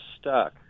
stuck